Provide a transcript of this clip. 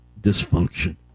dysfunction